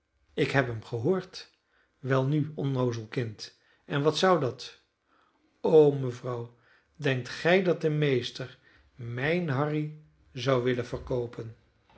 ik heb hem gehoord welnu onnoozel kind en wat zou dat o mevrouw denkt gij dat de meester mijn harry zou willen verkoopen